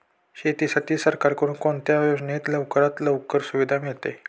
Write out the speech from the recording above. शेतीसाठी सरकारकडून कोणत्या योजनेत लवकरात लवकर सुविधा मिळते?